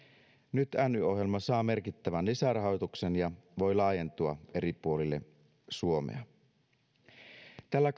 nyt ny ohjelma saa merkittävän lisärahoituksen ja voi laajentua eri puolille suomea tällä